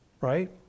right